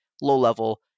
low-level